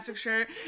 shirt